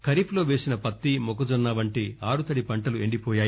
ఖరీఫ్లో పేసిన పత్తి మొక్కజొన్న వంటి ఆరుతడి పంటలు ఎండిపోయాయి